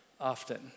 often